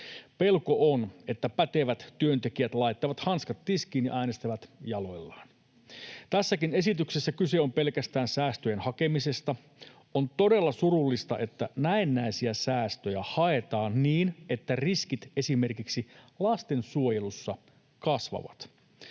Pelko on, että pätevät työntekijät laittavat hanskat tiskiin ja äänestävät jaloillaan. Tässäkin esityksessä kyse on pelkästään säästöjen hakemisesta, ja on todella surullista, että näennäisiä säästöjä haetaan niin, että riskit esimerkiksi lastensuojelussa kasvavat.